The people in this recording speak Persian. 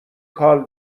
کال